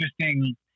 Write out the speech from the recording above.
interesting